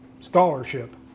scholarship